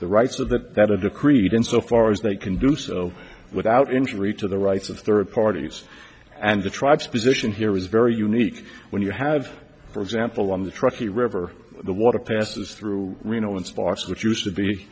the rights of that that are decreed in so far as they can do so without injury to the rights of third parties and the tribes position here is very unique when you have for example on the truckee river the water passes through reno and sparks which used to be